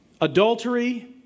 Adultery